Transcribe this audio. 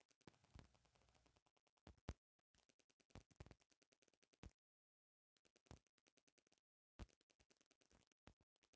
cultural entrepreneurship के अंतर्गत व्यक्ति चाहे बहुत सब संस्थान मिलकर उत्पाद बढ़ावेलन सन